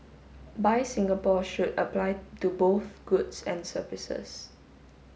buy Singapore should apply to both goods and services